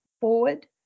forward